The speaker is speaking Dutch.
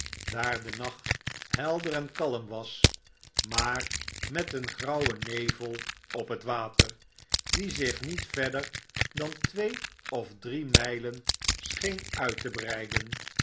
daar de nacht helder en kalm was maar met een grauwennevelop het water die zich niet verder dan twee of drie mijlen scheen uit te breiden